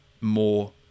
more